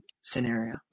scenario